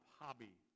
hobby